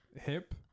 hip